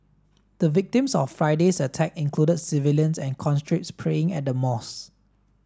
the victims of Friday's attack included civilians and conscripts praying at the mosque